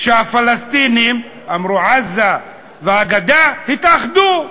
הפלסטינים אמרו: עזה והגדה התאחדו.